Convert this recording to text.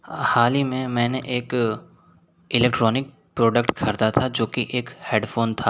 हाल ही में मैंने एक इलेक्ट्रोनिक प्रॉडक्ट ख़रीदा था जो कि एक हेडफ़ोन था